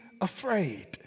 afraid